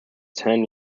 ten